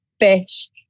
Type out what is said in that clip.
fish